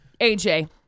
AJ